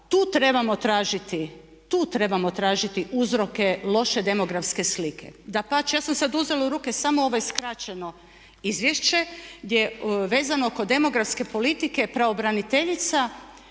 tu trebamo tražiti uzroke loše demografske slike. Dapače, ja sam uzela u ruke samo ovaj skraćeno izvješće gdje vezano kod demografske politike pravobraniteljica